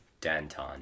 Danton